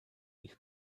ich